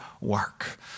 work